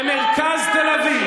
במרכז תל אביב,